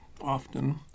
often